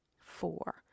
four